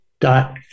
Dot